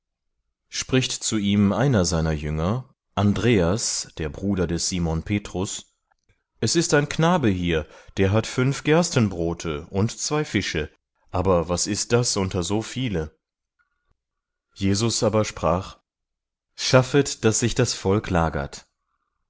spricht zu ihm einer seiner jünger andreas der bruder des simon petrus es ist ein knabe hier der hat fünf gerstenbrote und zwei fische aber was ist das unter so viele jesus aber sprach schaffet daß sich das volk lagert